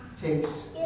takes